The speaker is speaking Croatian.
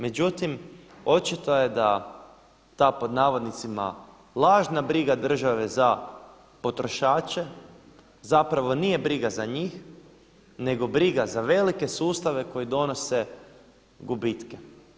Međutim, očito je da ta pod navodnicima lažna briga države za potrošače zapravo nije briga za njih, nego briga za velike sustave koji donose gubitke.